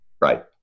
Right